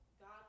God